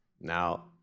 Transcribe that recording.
Now